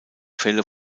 fälle